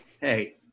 hey